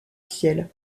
ciel